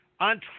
on